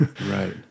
Right